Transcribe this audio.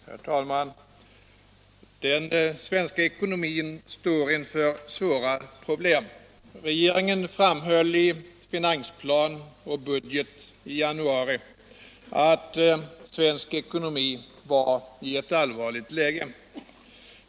Herr talman! Den svenska ekonomin står inför svåra problem. Regeringen framhöll i finansplan och budget i januari att svensk ekonomi befann sig i ett allvarligt läge.